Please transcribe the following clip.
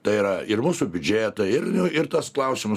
tai yra ir mūsų biudžetą ir ir tuos klausimus